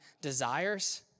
desires